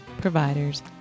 providers